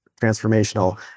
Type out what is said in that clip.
transformational